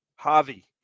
Javi